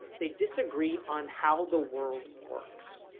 they disagree on how the world works.